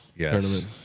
Yes